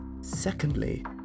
Secondly